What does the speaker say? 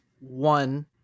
one